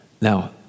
Now